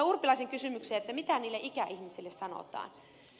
urpilaisen kysymykseen mitä niille ikäihmisille sanotaan